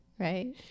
right